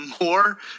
more